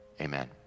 Amen